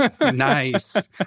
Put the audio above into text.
Nice